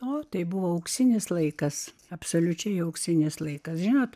o tai buvo auksinis laikas absoliučiai auksinis laikas žinot